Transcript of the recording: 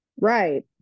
right